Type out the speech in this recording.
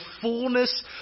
fullness